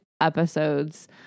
episodes